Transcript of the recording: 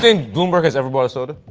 and bloomberg has ever bought a soda?